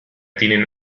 denen